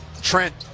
Trent